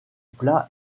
plat